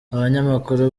abanyamakuru